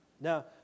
Now